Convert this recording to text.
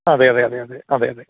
അതെയതെയതെയതെ അതെ അതെ